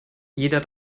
jeder